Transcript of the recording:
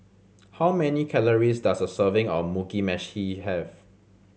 how many calories does a serving of Mugi Meshi have